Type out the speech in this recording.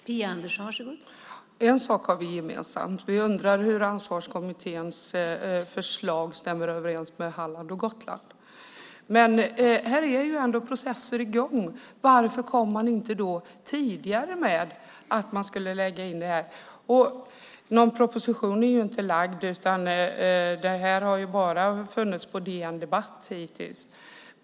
Fru talman! En sak har vi gemensamt, Ingvar Svensson. Vi undrar hur Ansvarskommitténs förslag stämmer överens med Halland och Gotland. Här är ändå processer i gång. Varför kom det inte tidigare att man skulle lägga in detta? Någon proposition har inte lagts fram, utan detta har hittills bara funnits på DN Debatt.